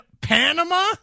Panama